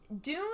Dune